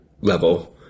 level